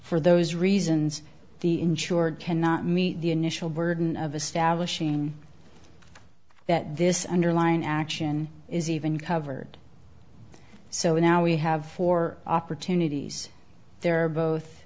for those reasons the insured cannot meet the initial burden of establishing that this underlying action is even covered so now we have four opportunities there are both